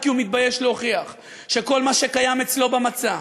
כי הוא מתבייש להוכיח שכל מה שקיים אצלו במצע,